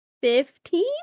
Fifteen